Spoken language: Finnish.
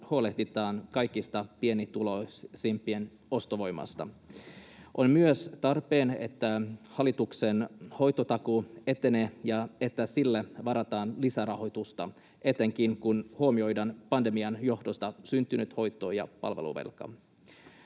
huolehditaan kaikista pienituloisimpien ostovoimasta. On myös tarpeen, että hallituksen hoitotakuu etenee ja että sille varataan lisärahoitusta, etenkin kun huomioidaan pandemian johdosta syntynyt hoito- ja palveluvelka.